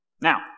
now